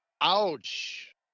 ouch